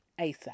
ASAP